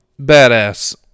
badass